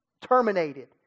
terminated